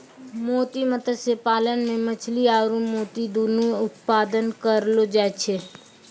मोती मत्स्य पालन मे मछली आरु मोती दुनु उत्पादन करलो जाय छै